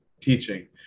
teaching